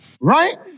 Right